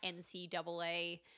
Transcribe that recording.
NCAA